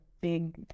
big